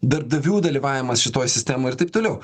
darbdavių dalyvavimas šitoj sistemoj ir taip toliau